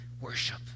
worship